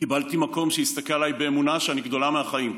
קיבלתי מקום שהסתכל עליי באמונה שאני גדולה מהחיים.